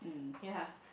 ya